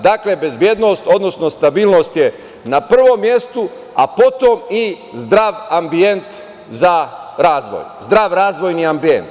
Dakle, bezbednost, odnosno stabilnost je na prvom mestu, a potom i zdrav ambijent za razvoj, zdrav razvojni ambijent.